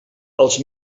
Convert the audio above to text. els